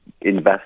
invest